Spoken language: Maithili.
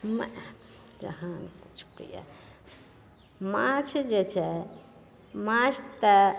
मऽ तहन तऽ छुपैए माँछ जे छै माँछ तऽ